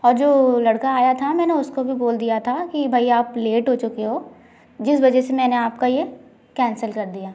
और जो लड़का आया था मैंने उसको भी बोल दिया था कि भाई आप लेट हो चुके हो जिस वज़ह से मैंने आपका यह कैंसल कर दिया